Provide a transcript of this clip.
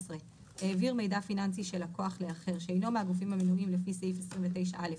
העביר מידע פיננסי של לקוח לאחר שאינו מהגופים המנויים לפי סעיף 29(א)